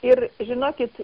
ir žinokit